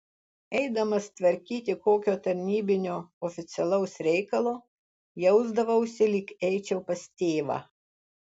eidamas tvarkyti kokio tarnybinio oficialaus reikalo jausdavausi lyg eičiau pas tėvą